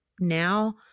Now